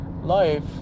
life